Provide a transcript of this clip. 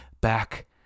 back